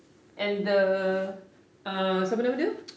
and the uh siapa nama tu